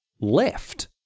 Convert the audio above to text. left